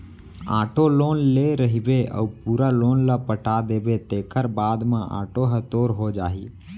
auto loan ले रहिबे अउ पूरा लोन ल पटा देबे तेखर बाद म आटो ह तोर हो जाही